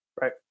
Right